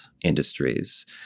industries